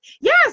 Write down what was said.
Yes